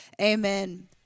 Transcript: Amen